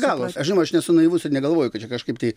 galo aš žinot aš nesu naivus ir negalvoju kad čia kažkaip tai